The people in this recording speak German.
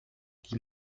die